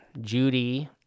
Judy